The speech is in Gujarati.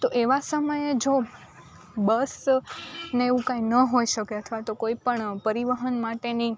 તો એવા સમયે જો બસ ને એવું કાંઈ ન હોઈ શકે અથવા તો પરિવહન માટેની